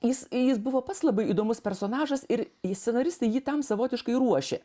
jis jis buvo pats labai įdomus personažas ir scenaristai jį tam savotiškai ruošė